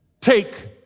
take